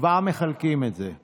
כבר מחלקים את זה.